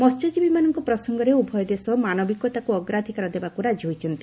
ମହ୍ୟଜୀବୀମାନଙ୍କ ପ୍ରସଙ୍ଗରେ ଉଭୟ ଦେଶ ମାନବିକତାକୁ ଅଗ୍ରାଧିକାର ଦେବାକୁ ରାଜି ହୋଇଛନ୍ତି